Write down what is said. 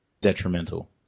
detrimental